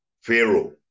Pharaoh